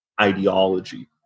ideology